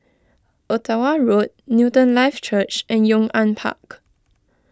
Ottawa Road Newton Life Church and Yong An Park